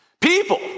People